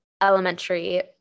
elementary